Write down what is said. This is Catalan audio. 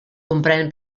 comprèn